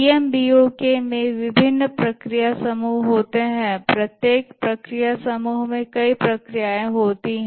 PMBOK में विभिन्न प्रक्रिया समूह होते हैं प्रत्येक प्रक्रिया समूह में कई प्रक्रियाएँ होती हैं